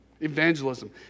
evangelism